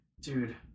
Dude